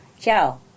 Ciao